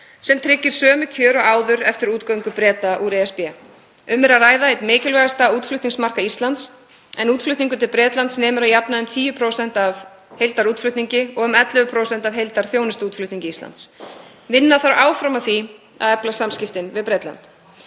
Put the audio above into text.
sem tryggir sömu kjör og áður eftir útgöngu Breta úr ESB. Um er að ræða einn mikilvægasta útflutningsmarkað Íslands en útflutningur til Bretlands nemur að jafnaði um 10% af heildarvöruútflutningi og um 11% af heildarþjónustuútflutningi Íslands. Vinna þarf áfram að því að efla samskiptin við Bretland.